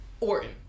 Orton